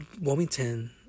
Wilmington